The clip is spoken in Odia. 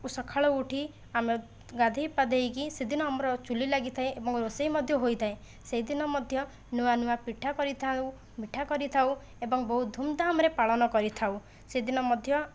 ସକାଳୁ ଉଠି ଆମେ ଗାଧୋଇ ପାଧୋଇକି ସେ ଦିନ ଆମର ଚୁଲି ଲାଗିଥାଏ ଏବଂ ରୋଷେଇ ମଧ୍ୟ ହୋଇଥାଏ ସେହିଦିନ ମଧ୍ୟ ନୂଆ ନୂଆ ପିଠା କରିଥାଉ ମିଠା କରିଥାଉ ଏବଂ ବହୁତ ଧୁମଧାମରେ ପାଳନ କରିଥାଉ ସେଦିନ ମଧ୍ୟ